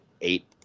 eight